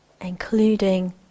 Including